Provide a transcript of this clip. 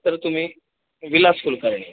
sir तुम्ही विलास कुलकर्णी